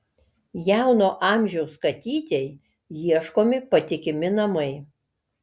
jauno amžiaus katytei ieškomi patikimi namai